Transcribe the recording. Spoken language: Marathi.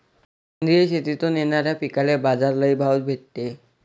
सेंद्रिय शेतीतून येनाऱ्या पिकांले बाजार लई भाव भेटते